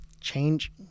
change